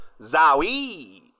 Zowie